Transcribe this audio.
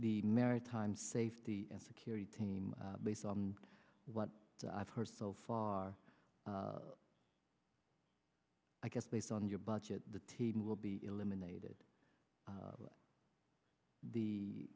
the maritime safety and security team based on what i've heard so far i guess based on your budget the team will be eliminated